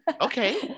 Okay